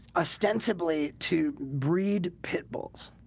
ostensibly to breed pit bulls.